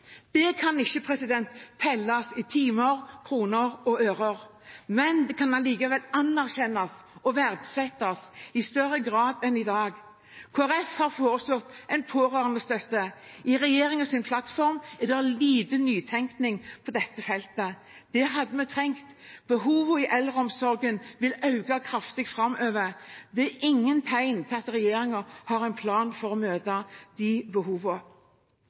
Det kan ikke telles i timer, kroner og øre, men det kan likevel anerkjennes og verdsettes i større grad enn i dag. Kristelig Folkeparti har foreslått en pårørendestøtte. I regjeringens plattform er det lite nytenkning på dette feltet. Det hadde vi trengt. Behovene i eldreomsorgen vil øke kraftig framover. Det er ingen tegn til at regjeringen har en plan for å møte